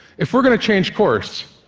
if we're going to change course,